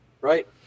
Right